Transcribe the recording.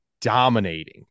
dominating